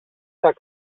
tak